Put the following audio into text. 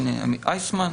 עמית איסמן.